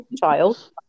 child